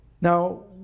Now